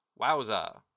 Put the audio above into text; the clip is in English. Wowza